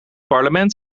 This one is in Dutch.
parlement